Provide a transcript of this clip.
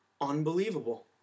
unbelievable